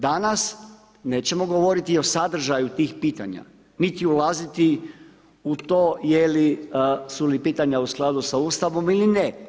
Danas nećemo govoriti o sadržaju tih pitanja niti ulaziti u to jesu li pitanju u skladu sa Ustavom ili ne.